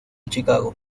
chicago